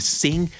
sing